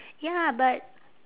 ya but